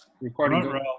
recording